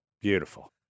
beautiful